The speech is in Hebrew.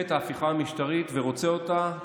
את ההפיכה המשטרית ורוצה אותה עכשיו?